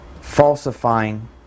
falsifying